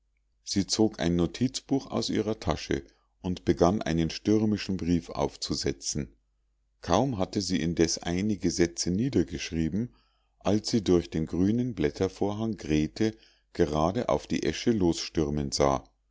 sie zog ein notizbuch aus ihrer tasche und begann einen stürmischen brief aufzusetzen kaum hatte sie indes einige sätze niedergeschrieben als sie durch den grünen blättervorhang grete gerade auf die esche losstürmen sah